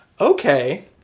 okay